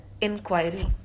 inquiry